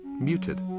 muted